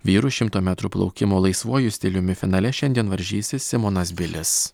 vyrų šimto metrų plaukimo laisvuoju stiliumi finale šiandien varžysis simonas bilis